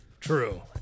True